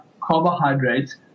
carbohydrates